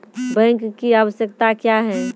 Bank की आवश्यकता क्या हैं?